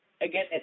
Again